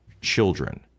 children